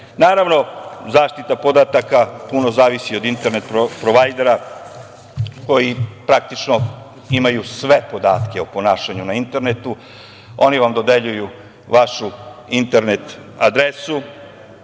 mrežama. Naravno, zaštita podataka puno zavisi od internet provajdera koji praktično imaju sve podatke o ponašanju na internetu. Oni vam dodeljuju vašu adresu,